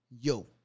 yo